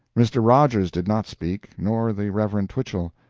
mr. rogers did not speak, nor the reverend twichell,